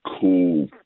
cool